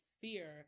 fear